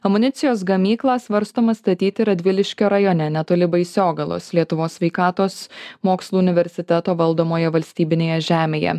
amunicijos gamyklą svarstoma statyti radviliškio rajone netoli baisiogalos lietuvos sveikatos mokslų universiteto valdomoje valstybinėje žemėje